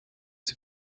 sie